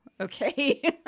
okay